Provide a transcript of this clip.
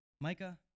Micah